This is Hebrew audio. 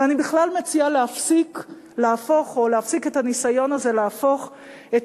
ואני בכלל מציעה להפסיק את הניסיון הזה להפוך את